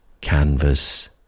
canvas